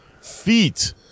feet